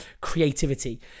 creativity